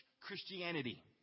Christianity